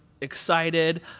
excited